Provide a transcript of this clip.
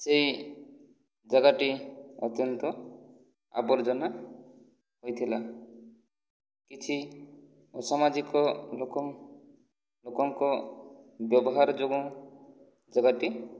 ସେଇ ଯାଗାଟି ଅତ୍ୟନ୍ତ ଆବର୍ଜନା ହୋଇଥିଲା କିଛି ଅସାମାଜିକ ଲୋକ ଲୋକଙ୍କ ବ୍ୟବହାର ଯୋଗୁଁ ଯାଗାଟି